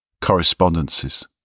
Correspondences